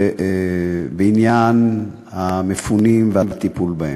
בעניין המפונים והטיפול בהם.